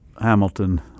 Hamilton